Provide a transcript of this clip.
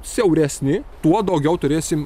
siauresni tuo daugiau turėsim